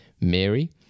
Mary